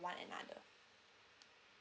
one another